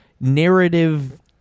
narrative